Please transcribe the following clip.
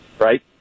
Right